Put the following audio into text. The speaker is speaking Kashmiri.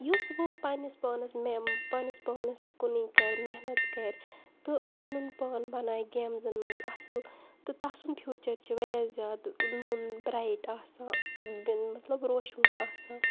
یُس وٕ پَننِس پانَس میم پَننِس پانَس کُنُے کَرِ محنت کَرِ تہٕ پَنُن پان بَنایہِ گیمزَن منٛز اَصٕل تہٕ تَسُنٛد فیوٗچَر چھِ واریاہ زیادٕ نوٚن برایٹ آسان مطلب روشوُن آسان